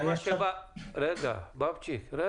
הרגולציה באה